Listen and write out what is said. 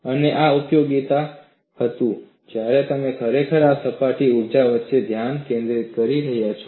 અને આ ઉપયોગી હતું જ્યારે તમે ખરેખર આ સપાટી ઊર્જા વચ્ચે ધ્યાન કેન્દ્રિત કરી રહ્યા છો